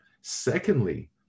Secondly